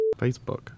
Facebook